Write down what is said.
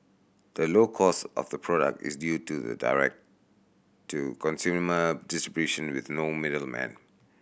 the low cost of the product is due to the direct to consumer distribution with no middlemen